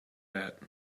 that